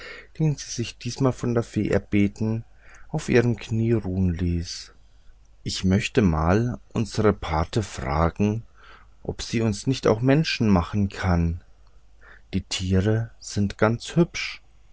den sie sich diesmal von der fee erbeten auf ihrem knie ruhen ließ ich möchte mal unsre pate fragen ob sie uns nicht auch menschen machen kann die tiere sind ganz hübsch